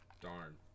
Darn